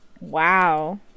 Wow